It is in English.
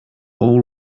all